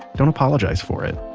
don't apologize for it